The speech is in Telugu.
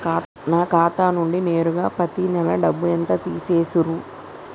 నా ఖాతా నుండి నేరుగా పత్తి నెల డబ్బు ఎంత తీసేశిర్రు?